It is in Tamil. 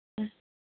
ம்